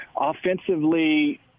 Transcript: Offensively